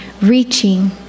reaching